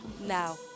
now